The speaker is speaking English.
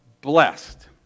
blessed